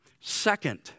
Second